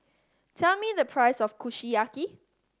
tell me the price of Kushiyaki